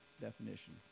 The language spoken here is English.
definition